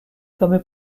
fameux